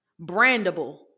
brandable